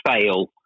fail